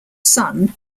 son